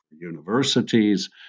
universities